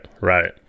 right